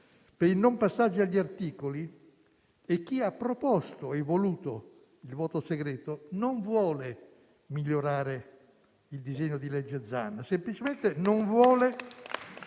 per il non passaggio agli articoli e chi ha proposto e voluto il voto segreto non vuole migliorare il disegno di legge Zan. Semplicemente non vuole